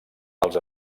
els